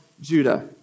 Judah